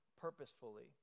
purposefully